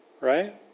right